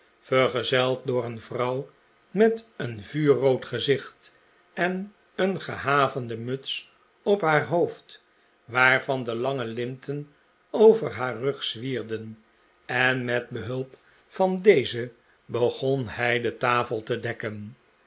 vergezeld door een vrouw met een vuurrood gezicht en een gehavende muts op haar hoofd waarvan de lange linten over haar rug zwierden en met behulp van deze begon hij de tafel te dekken